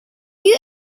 you